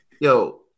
yo